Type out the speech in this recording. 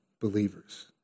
believers